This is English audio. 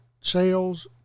sales